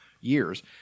years